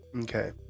Okay